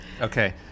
Okay